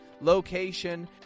location